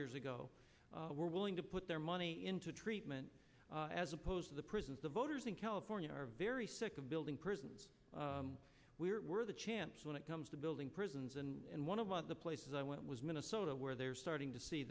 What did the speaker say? years ago were willing to put their money into treatment as opposed to the prisons the voters in california are very sick of building prisons where we're the champs when it comes to building prisons and one of of the places i went was minnesota where they're starting to see